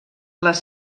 les